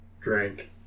drink